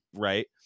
right